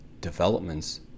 developments